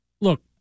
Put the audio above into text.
look